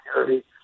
security